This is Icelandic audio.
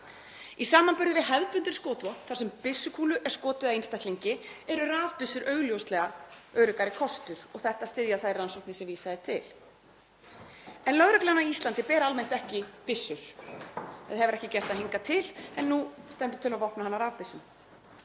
Í samanburði við hefðbundið skotvopn þar sem byssukúlu er skotið að einstaklingi eru rafbyssur augljóslega öruggari kostur og þetta styðja þær rannsóknir sem vísað er til. En lögreglan á Íslandi ber almennt ekki byssur eða hefur ekki gert það hingað til en nú stendur til að vopna hana rafbyssum.